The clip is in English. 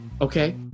okay